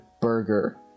burger